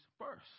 first